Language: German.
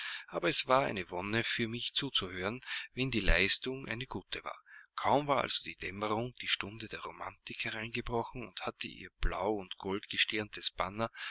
aber es war eine wonne für mich zuzuhören wenn die leistung eine gute war kaum war also die dämmerung die stunde der romantik hereingebrochen und hatte ihr blau und goldgestirntes banner